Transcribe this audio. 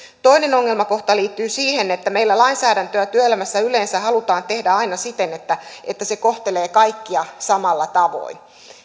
toinen ongelmakohta liittyy siihen että meillä lainsäädäntöä työelämässä yleensä halutaan tehdä aina siten että että se kohtelee kaikkia samalla tavoin